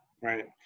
right